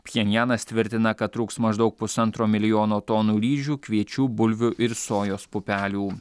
pchenjanas tvirtina kad trūks maždaug pusantro milijono tonų ryžių kviečių bulvių ir sojos pupelių